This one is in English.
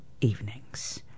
evenings